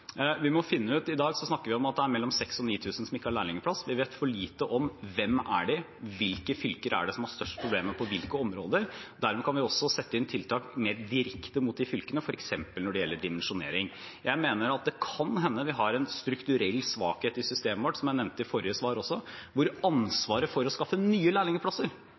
vi også må grave dypere. I dag snakker vi om at det er mellom 6 000 og 9 000 som ikke har lærlingplass. Vi vet for lite om: Hvem er de? Hvilke fylker er det som har størst problemer på hvilke områder? Dermed kan vi også sette inn tiltak mer direkte mot de fylkene, f.eks. når det gjelder dimensjonering. Det kan hende vi har en strukturell svakhet i systemet vårt – som jeg nevnte også i forrige svar – hvor ansvaret for å skaffe nye lærlingplasser